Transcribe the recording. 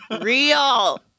real